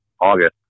August